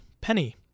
Penny